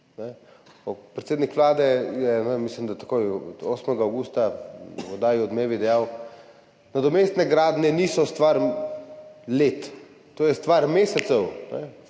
predsednik Vlade je mislim, da takoj od 8. avgusta v oddaji Odmevi dejal: »Nadomestne gradnje niso stvar let, to je stvar mesecev.«